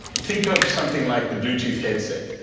think of something like the bluetooth headset.